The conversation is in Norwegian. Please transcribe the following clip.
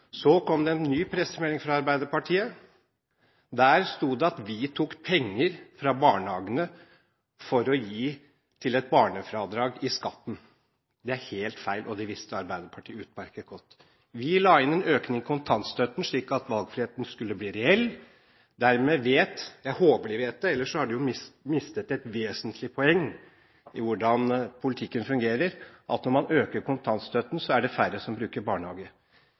Så kom det en ny pressemelding fra Arbeiderpartiet. Der sto det at vi tok penger fra barnehagene for å gi til et barnefradrag i skatten. Det var helt feil, og det visste Arbeiderpartiet utmerket godt. Vi la inn en økning i kontantstøtten slik at valgfriheten skulle bli reell. De vet – jeg håper de vet det, ellers har de jo mistet et vesentlig poeng i hvordan politikken fungerer – at når man øker kontantstøtten, så er det færre som bruker barnehage.